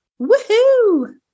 Woohoo